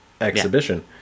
exhibition